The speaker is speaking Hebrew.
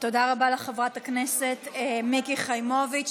תודה רבה לחברת הכנסת מיקי חיימוביץ.